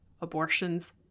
abortions